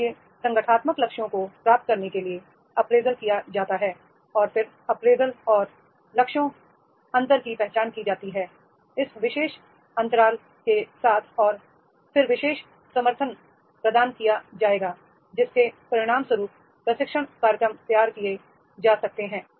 इसलिए संगठनात्मक लक्ष्यों को प्राप्त करने के लिए अप्रेजल किया जाता है और फिर अप्रेजल और लक्ष्यों अंतर की पहचान की जाती है इस विशेष अंतराल के साथ और फिर विशेष समर्थन प्रदान किया जाएगा जिसके परिणामस्वरूप प्रशिक्षण कार्यक्रम तैयार किए जा सकते हैं